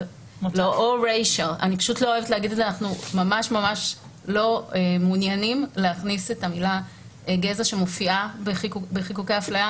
אנחנו ממש לא מעוניינים להכניס את המילה "גזע" שמופיעה בחיקוקי אפליה,